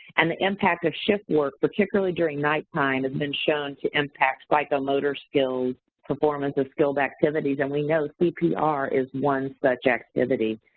and the impact of shift work, particularly during nighttime, has been shown to impact psychomotor skills, performance of skill activities, and we know cpr is one such activity.